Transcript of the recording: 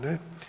Ne.